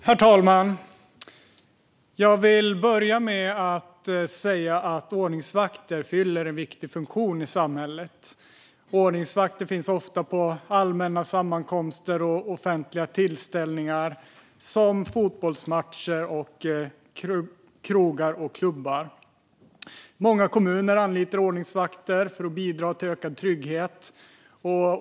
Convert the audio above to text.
Herr talman! Jag vill börja med att säga att ordningsvakter fyller en viktig funktion. Ordningsvakter finns ofta på allmänna sammankomster och offentliga tillställningar, exempelvis på fotbollsmatcher och krogar. Många kommuner anlitar ordningsvakter för att bidra till ökad trygghet.